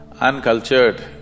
uncultured